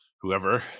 whoever